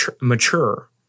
mature